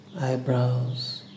eyebrows